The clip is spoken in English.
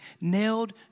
nailed